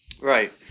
right